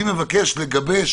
אני מבקש לגבש